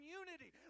unity